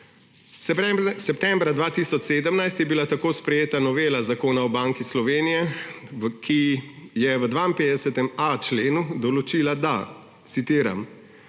Septembra 2017 je bila tako sprejeta novela Zakona o Banki Slovenije, ki je v 52.a členu odločila, da – citiram: